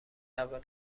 اول